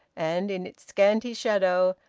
and in its scanty shadow,